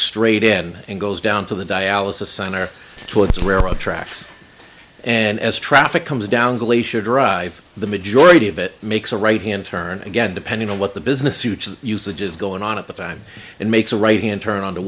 straight in and goes down to the dialysis center towards railroad tracks and as traffic comes down glacier drive the majority of it makes a right hand turn again depending on what the business suit usage is going on at the time and makes a right hand turn on